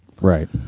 Right